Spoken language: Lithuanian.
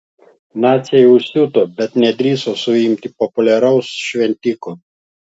naciai užsiuto bet nedrįso suimti populiaraus šventiko